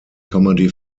comedy